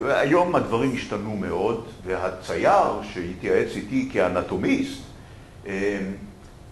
‫והיום הדברים השתנו מאוד, ‫והצייר שהתייעץ איתי כאנטומיסט..